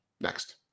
Next